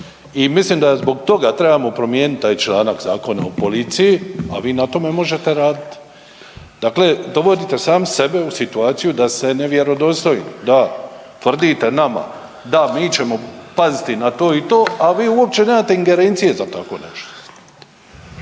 I mislim da zbog toga trebamo promijeniti taj članak Zakona o policiji, a vi na tome možete raditi. Dakle, dovodite sami sebe u situaciju da se nevjerodostoji, da tvrdite nama da mi ćemo paziti na to i to, a vi uopće nemate ingerencije za tako nešto.